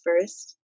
first